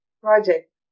project